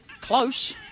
close